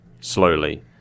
slowly